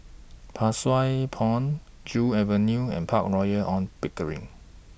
Pang Sua Pond Joo Avenue and Park Royal on Pickering